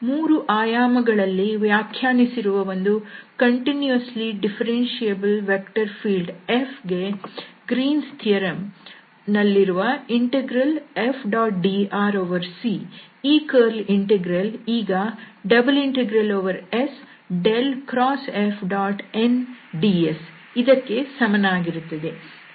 3 ಆಯಾಮ ಗಳಲ್ಲಿ ವ್ಯಾಖ್ಯಾನಿಸಿರುವ ಒಂದು continuously differentiable vector field F ಗೆ ಗ್ರೀನ್ಸ್ ಥಿಯರಂ Green's Theorem ನಲ್ಲಿರುವ CF⋅dr ಈ ಕರ್ವ್ ಇಂಟೆಗ್ರಲ್ ಈಗ ∬S∇×Fnds ಇದಕ್ಕೆ ಸಮನಾಗಿರುತ್ತದೆ